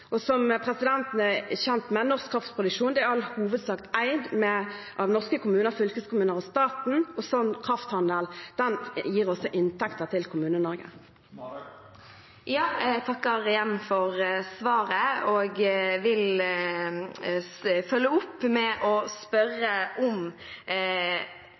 Som presidenten er kjent med: Norsk kraftproduksjon er i all hovedsak eid av norske kommuner, fylkeskommuner og staten, og slik krafthandel gir inntekter til Kommune-Norge. Jeg takker igjen for svaret og vil følge opp med å